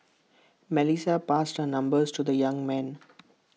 Melissa passed her numbers to the young man